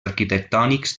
arquitectònics